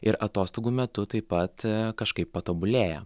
ir atostogų metu taip pat kažkaip patobulėja